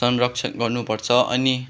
संरक्षण गर्नुपर्छ अनि